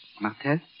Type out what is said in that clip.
Martel